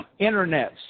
internets